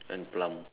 and plum